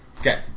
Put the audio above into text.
Okay